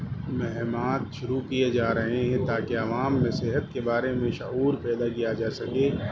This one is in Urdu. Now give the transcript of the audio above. مہمات شروع کیے جا رہے ہیں تاکہ عوام میں صحت کے بارے میں شعور پیدا کیا جا سکے